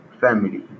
family